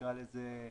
נקרא לזה,